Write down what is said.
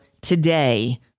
today